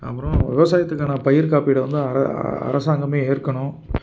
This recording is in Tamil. அப்பறம் விவசாயத்துக்கான பயிர் காப்பீடை வந்து அ அரசாங்கமே ஏற்கணும்